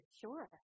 Sure